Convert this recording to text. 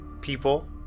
people